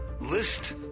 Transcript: List